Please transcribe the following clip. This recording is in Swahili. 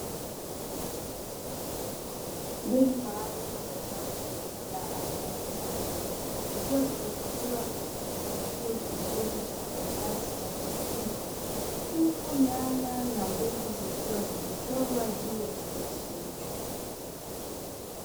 Mbegu maalumu za zao la chakula aina ya nyanya, zikiwa zimefungashiwa kwenye kifungashio kizuri cha karatasi ya plastiki huku nyanya na mbegu zikiwa zimechorwa juu ya kifungashio hicho.